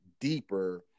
deeper